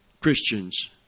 Christians